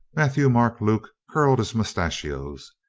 matthieu-marc-luc curled his moustachios.